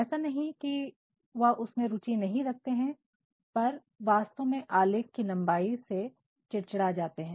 ऐसा नहीं है कि वह उसमें रुचि नहीं रखते हैं पर वास्तव में आलेख की लंबाई से चिड़चिड़ा जाते हैं